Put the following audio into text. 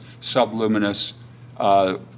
Subluminous